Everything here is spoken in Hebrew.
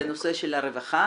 זה נושא הרווחה,